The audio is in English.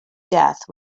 death